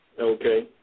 Okay